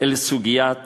אל סוגיית